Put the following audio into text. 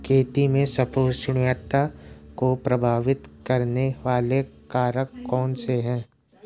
खेती में संपोषणीयता को प्रभावित करने वाले कारक कौन से हैं?